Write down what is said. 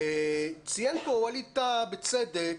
ציין פה ווליד טאהא, בצדק,